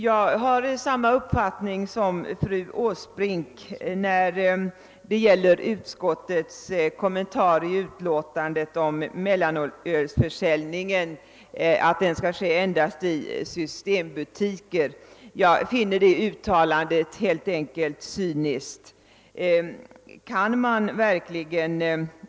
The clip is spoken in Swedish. Jag har noterat utskottets oro inför utvecklingen men har samma uppfattning som fru Åsbrink om utskottets kommentar till yrkandet att mellanöl endast skall få säljas i systembutiker.